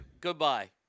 Goodbye